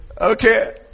Okay